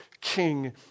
king